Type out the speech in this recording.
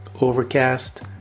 Overcast